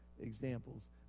examples